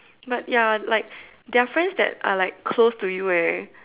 but ya like there are friends that are like close to you eh